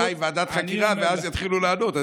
שנתיים ועדת חקירה ואז יתחילו לענות.